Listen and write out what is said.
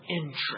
interest